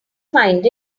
find